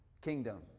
kingdom